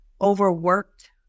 overworked